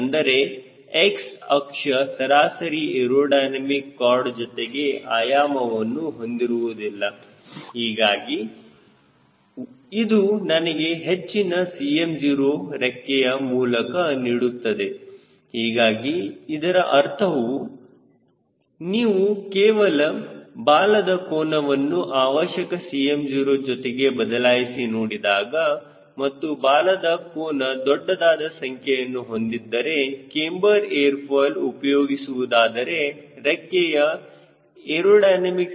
ಅಂದರೆ x ಅಕ್ಷ ಸರಾಸರಿ ಏರೋಡೈನಮಿಕ್ ಕಾರ್ಡ್ ಜೊತೆಗೆ ಆಯಾಮವನ್ನು ಹೊಂದಿರುವುದಿಲ್ಲ ಹೀಗಾಗಿ ಇದು ನನಗೆ ಹೆಚ್ಚಿನ Cm0 ರೆಕ್ಕೆಯ ಮೂಲಕ ನೀಡುತ್ತದೆ ಹೀಗಾಗಿ ಇದರ ಅರ್ಥವು ನೀವು ಕೇವಲ ಬಾಲದ ಕೋನವನ್ನು ಅವಶ್ಯಕ Cm0 ಜೊತೆಗೆ ಬದಲಾಯಿಸಿ ನೋಡಿದಾಗ ಮತ್ತು ಬಾಲದ ಕೋನ ದೊಡ್ಡದಾದ ಸಂಖ್ಯೆಯನ್ನು ಹೊಂದಿದ್ದರೆ ಕ್ಯಾಮ್ಬರ್ ಏರ್ ಫಾಯ್ಲ್ ಉಪಯೋಗಿಸುವುದಾದರೆ ರೆಕ್ಕೆಯ a